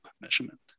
measurement